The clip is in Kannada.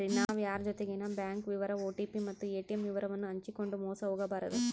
ನಾವು ಯಾರ್ ಜೊತಿಗೆನ ಬ್ಯಾಂಕ್ ವಿವರ ಓ.ಟಿ.ಪಿ ಮತ್ತು ಏ.ಟಿ.ಮ್ ವಿವರವನ್ನು ಹಂಚಿಕಂಡು ಮೋಸ ಹೋಗಬಾರದು